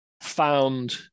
found